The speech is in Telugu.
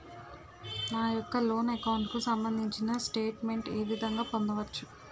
నా యెక్క లోన్ అకౌంట్ కు సంబందించిన స్టేట్ మెంట్ ఏ విధంగా పొందవచ్చు?